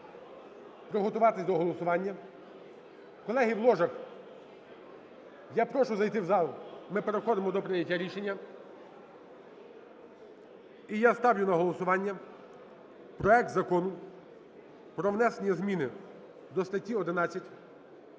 приготуватись до голосування. Колеги у ложах, я прошу зайти в зал. Ми переходимо до прийняття рішення. І я ставлю на голосування проект Закону про внесення зміни до статті 11